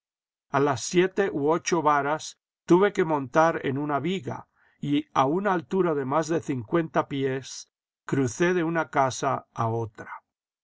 a las siete u ocho varas tuve que montar en una viga y a una altura de más de cincuenta pies crucé de una casa a otra